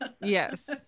yes